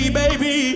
baby